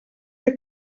que